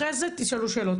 אחרי זה תשאלו שאלות,